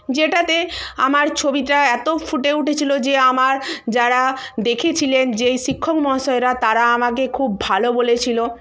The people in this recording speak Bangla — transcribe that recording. যেটাতে আমার ছবিটা এত ফুটে উঠেছিল যে আমার যারা দেখেছিলেন যেই শিক্ষক মহাশয়রা তারা আমাকে খুব ভালো বলেছিল